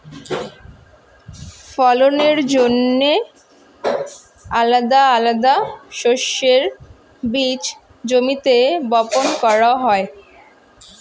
ফলনের জন্যে আলাদা আলাদা শস্যের বীজ জমিতে বপন করা হয়